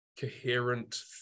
coherent